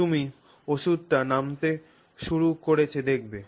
তুমি ওষুধটি নামতে শুরু করেছে দেখবে